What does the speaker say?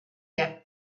gap